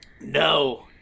No